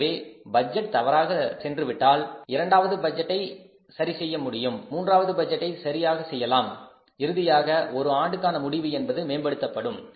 எனவே ஒரு பட்ஜெட் தவறாக சென்றுவிட்டாள் இரண்டாவது பட்ஜெட்டை Budget சரியாக செய்ய முடியும் மூன்றாவது பட்ஜெட்டை Budget சரியாக செய்யலாம் இறுதியாக ஒரு ஆண்டுக்கான முடிவு என்பது மேம்படுத்தப்படும்